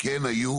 כן היו